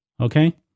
Okay